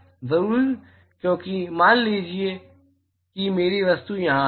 ज़रूर क्योंकि मान लीजिए मान लीजिए कि मेरी वस्तु यहाँ है